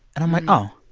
and i'm like oh,